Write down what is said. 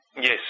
yes